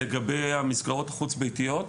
לגבי המסגרות החוץ-ביתיות.